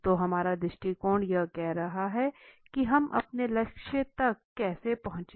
तो हमारा दृष्टिकोण यह कह रहा है कि हम अपने लक्ष्य तक कैसे पहुंचे